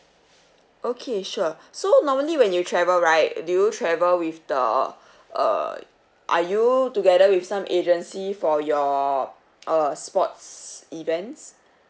okay sure so normally when you travel right do you travel with the uh are you together with some agency for your uh sports events